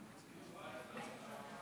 שלוש דקות לרשותך,